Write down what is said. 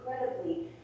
incredibly